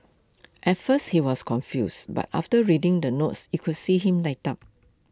at first he was confused but after reading the notes you could see him light up